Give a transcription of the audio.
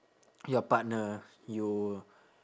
your partner you